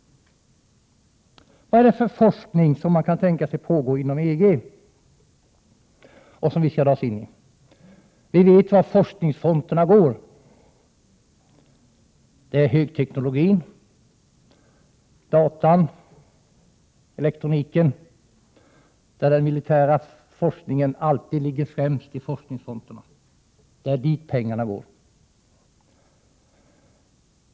Vad är det för forskning som man kan tänka sig pågå inom EG och som vi skall dras in i? Vi vet var forskningsfronterna går. Inom högteknologin, datan, elektroniken, där ligger den militära forskningen alltid främst i forskningsfronterna. Det är dit pengarna går.